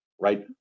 right